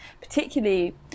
particularly